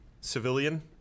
civilian